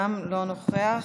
גם אינו נוכח,